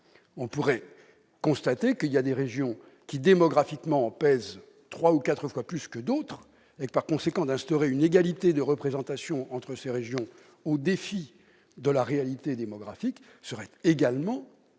on pourrait constater que certaines régions, démographiquement, pèsent trois ou quatre fois plus lourd que d'autres ; par conséquent, instaurer une égalité de représentation entre ces régions, au défi de la réalité démographique, ce serait également